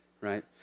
right